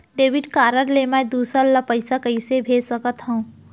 Debit card ले मैं दूसर ला पइसा कइसे भेज सकत हओं?